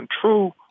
true